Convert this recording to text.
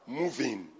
moving